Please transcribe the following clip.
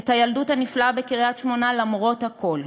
את הילדות הנפלאה בקריית-שמונה למרות הכול,